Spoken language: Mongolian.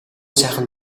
сайхан